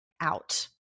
out